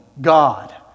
God